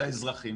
לאזרחים.